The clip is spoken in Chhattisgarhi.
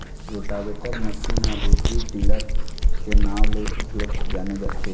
रोटावेटर मसीन ह रोटरी टिलर के नांव ले घलोक जाने जाथे